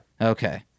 Okay